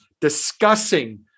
discussing